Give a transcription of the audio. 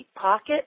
pocket